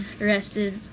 arrested